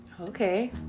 Okay